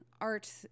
art